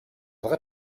vrai